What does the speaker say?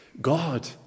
God